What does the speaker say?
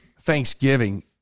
Thanksgiving